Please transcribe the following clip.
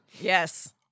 Yes